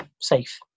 safe